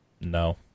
No